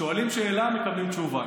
שואלים שאלה, מקבלים תשובה.